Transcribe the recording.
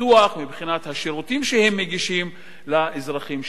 ומבחינת השירותים שהן מגישות לאזרחים שלהן.